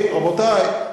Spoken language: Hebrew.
רבותי,